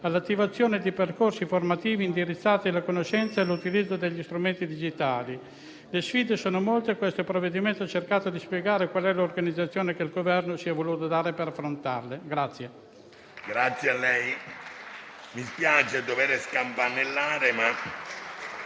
all'attivazione di percorsi formativi indirizzati alla conoscenza e all'utilizzo degli strumenti digitali. Le sfide sono molte e il provvedimento in esame ha cercato di spiegare qual è l'organizzazione che il Governo si è voluto dare per affrontarle.